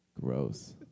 Gross